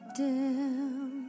dim